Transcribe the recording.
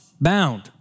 bound